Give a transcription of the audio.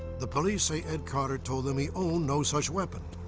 the police say ed carter told them owned no such weapon.